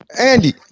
Andy